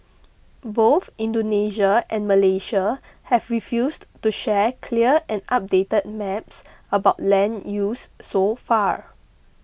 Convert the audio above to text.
both Indonesia and Malaysia have refused to share clear and updated maps about land use so far